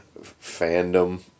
fandom